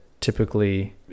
typically